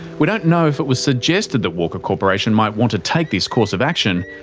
we don't know if it was suggested that walker corporation might want to take this course of action.